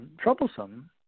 troublesome